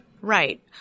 Right